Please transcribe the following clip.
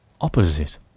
Opposite